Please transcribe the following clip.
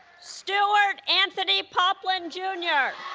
stuart anthony poplin, jr.